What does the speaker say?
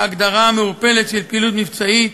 ההגדרה המעורפלת של ”פעילות מבצעית”,